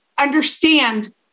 understand